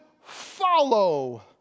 follow